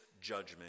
judgment